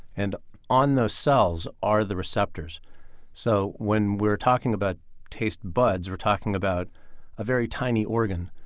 and on those cells are the receptors so when we're talking about taste buds, we're talking about a very tiny organ.